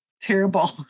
terrible